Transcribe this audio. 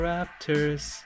Raptors